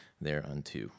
thereunto